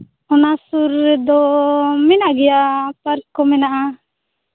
ᱚᱱᱟ ᱥᱩᱨ ᱨᱮᱫᱚ ᱢᱮᱱᱟᱜ ᱜᱮᱭᱟ ᱯᱟᱨᱠ ᱠᱚ ᱢᱮᱱᱟᱜᱼᱟ